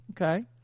okay